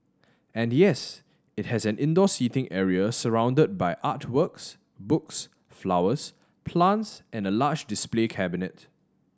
and yes it has an indoor seating area surrounded by art works books flowers plants and a large display cabinet